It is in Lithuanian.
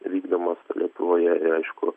vykdomos lietuvoje aišku